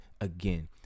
again